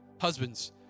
Husbands